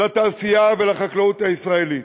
לתעשייה ולחקלאות הישראלית.